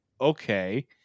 okay